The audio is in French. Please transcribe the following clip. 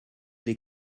les